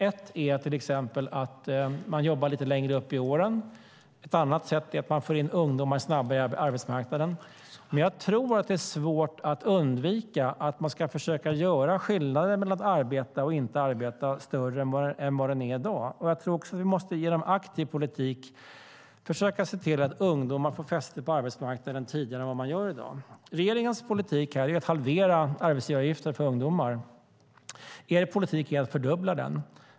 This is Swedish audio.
En är att få människor att jobba lite längre upp i åren, och en annan är att få in ungdomar snabbare på arbetsmarknaden. Men jag tror att det är svårt att undvika att försöka göra skillnaden mellan att arbeta och att inte arbeta större än vad den är i dag. Vi måste genom aktiv politik försöka se till att ungdomar får fäste på arbetsmarknaden tidigare än de får i dag. Regeringens politik för detta är att halvera arbetsgivaravgiften för ungdomar. Er politik är att fördubbla den.